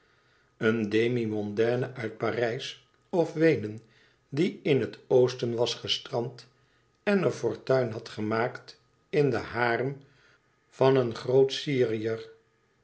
een demi mondaine uit parijs of weenen die in het oosten was gestrand en er fortuin had gemaakt in den harem van een grooten syriër